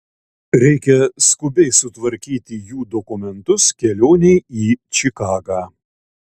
reikia skubiai sutvarkyti jų dokumentus kelionei į čikagą